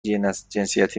جنسیتی